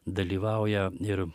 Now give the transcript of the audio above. dalyvauja ir